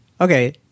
okay